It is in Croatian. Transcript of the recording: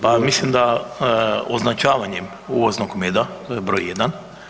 Pa mislim da označavanjem uvoznog meda, to je broj jedan.